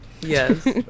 yes